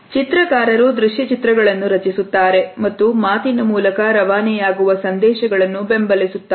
ಚಿತ್ರಕಾರರು ದೃಶ್ಯಚಿತ್ರಗಳನ್ನು ರಚಿಸುತ್ತಾರೆ ಮತ್ತು ಮಾತಿನ ಮೂಲಕ ರವಾನೆಯಾಗುವ ಸಂದೇಶಗಳನ್ನು ಬೆಂಬಲಿಸುತ್ತಾರೆ